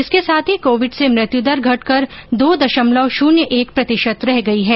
इसके साथ ही कोविड से मृत्युदर घटकर दो दशमलव शन्य एक प्रतिशत रह गई है